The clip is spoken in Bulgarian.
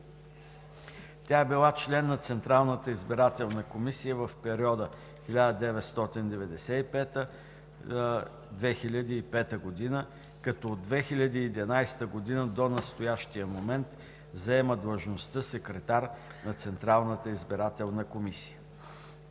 Тя е била член на Централната избирателна комисия в периода 1995 – 2005 г., като от 2011 г. до настоящия момент заема длъжността „секретар“ на Централната избирателна комисия.